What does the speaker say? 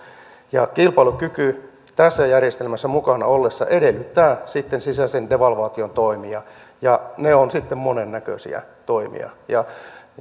ja kilpailukyky tässä järjestelmässä mukana ollessa edellyttää sitten sisäisen devalvaation toimia ja ne ovat sitten monennäköisiä toimia ja